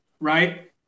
Right